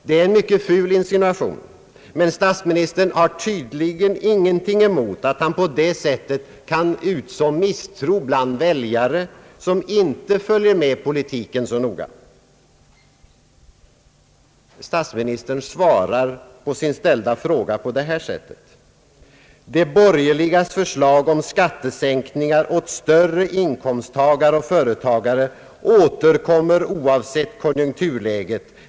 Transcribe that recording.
Det är en mycket ful insinuation, men statsministern har tydligen ingenting emot att på det sättet utså misstro mot oss bland väljare som inte följer med politiken så noga. Statsministern svarar på sin ställda fråga på det här sättet: »De borgerligas förslag om skattesänkningar åt större inkomsttagare och företagare återkommer oavsett konjunkturläget.